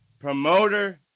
promoter